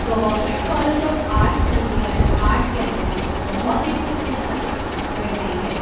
government college of arts Chandigarh art gallery ਬਹੁਤ ਪ੍ਰਸਿੱਧ ਅਤੇ ਵੱਡੀ ਹੈ